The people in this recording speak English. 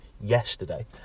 yesterday